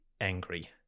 angry